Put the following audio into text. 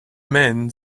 men